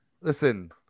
listen